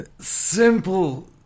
Simple